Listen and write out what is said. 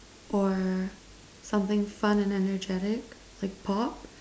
or something fun and energetic like pop